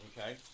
Okay